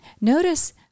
Notice